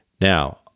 Now